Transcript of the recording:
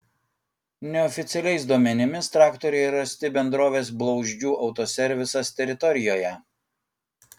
neoficialiais duomenimis traktoriai rasti bendrovės blauzdžių autoservisas teritorijoje